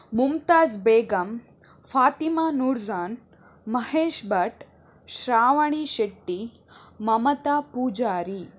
Mumtaz Begum Fatima Noorjahan Mahesh Bhat Shravani Shetty Mamata Poojary